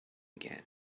again